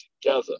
together